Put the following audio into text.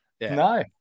No